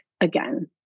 again